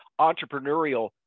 entrepreneurial